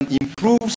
improves